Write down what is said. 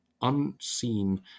unseen